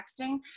texting